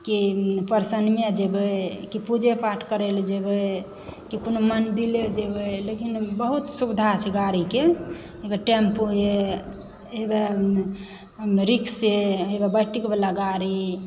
कि परसौनिये जेबय कि पूजे पाठ करयलऽ जेबय कि कोनो मंदिले जेबय लेकिन बहुत सुविधा छै गाड़ीके मगर टेम्पुए हे वएह रिक्शे हे वएह बैट्रिकवला गाड़ी